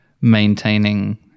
maintaining